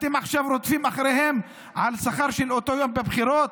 אתם עכשיו רודפים אחריהם על שכר של אותו יום בבחירות?